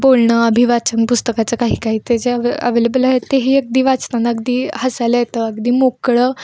बोलणं अभिवाचन पुस्तकाचं काही काही ते जे अवेलेबल आहेत तेही अगदी वाचताना अगदी हासायला येतं अगदी मोकळं